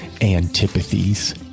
antipathies